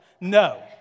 No